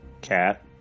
cat